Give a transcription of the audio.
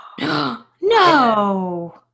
No